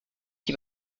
qui